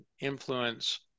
influence